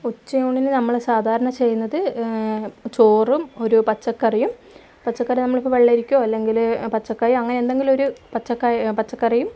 ഉച്ചയൂണിന് നമ്മൾ സാധാരണ ചെയ്യുന്നത് ചോറും ഒരു പച്ചക്കറിയും പച്ചക്കറി നമ്മളിപ്പോൾ വെള്ളരിക്കയോ അല്ലങ്കിൽ പച്ചക്കായോ അങ്ങനെ എന്തെങ്കിലുമൊരു പച്ചക്കറിയും